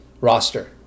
roster